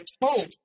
told